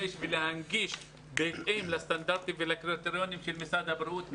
ולהנגיש בהתאם לסטנדרטים ולקריטריונים של משרד הבריאות,